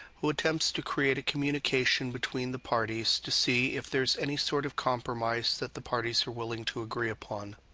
who attempts to create a communication between the parties to see if there's any sort of compromise that the parties are willing to agree upon.